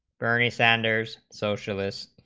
barry sanders socialists